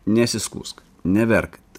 nesiskųsk neverk